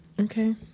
Okay